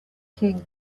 king